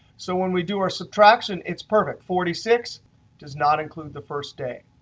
so when we do our subtraction, it's perfect. forty six does not include the first day,